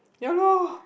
ya lor